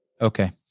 Okay